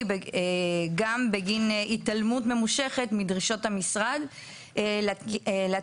וגם בגין התעלמות ממושכת מדרישות המשרד להתקין